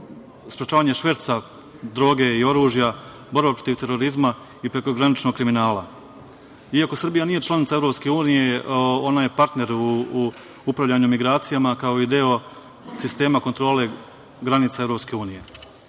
sprečavanje šverca droge i oružja, borba protiv terorizma i prekograničnog kriminala. Iako Srbija nije članica EU, ona je partner u upravljanju migracijama, kao i deo sistema kontrole granica EU.